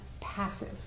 passive